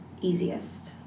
easiest